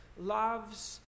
loves